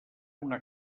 una